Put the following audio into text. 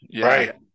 Right